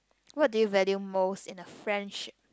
what do you value most in a friendship